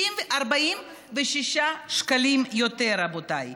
46 שקלים יותר, רבותיי.